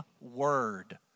word